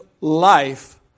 life